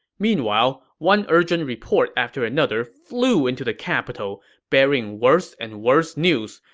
meanwhile, one urgent report after another flew into the capital, bearing worse and worse news.